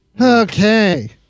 okay